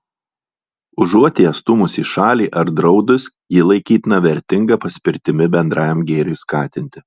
užuot ją stūmus į šalį ar draudus ji laikytina vertinga paspirtimi bendrajam gėriui skatinti